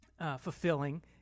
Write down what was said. fulfilling